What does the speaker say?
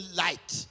light